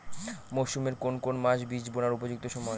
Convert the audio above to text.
মরসুমের কোন কোন মাস বীজ বোনার উপযুক্ত সময়?